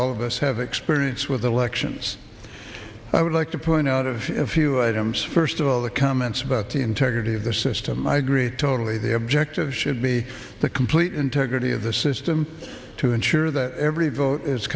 all of us have experience with elections i would like to point out of a few first of all the comments about the integrity of the system i agree totally the objective should be the complete integrity of the system to ensure that every vote i